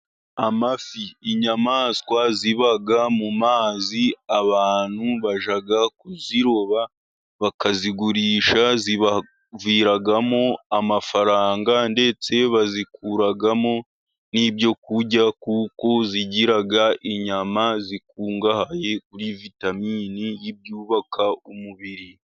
Amafi, inyamaswa ziba mu mazi. Abantu bajya kuziroba bakazigurisha, zibaviramo amafaranga ndetse bazikuramo n'ibyo kurya, kuko zigira inyama zikungahaye kuri vitamini y'ibyubaka umubiri.